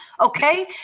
Okay